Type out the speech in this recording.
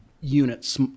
units